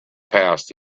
passed